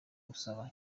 usaba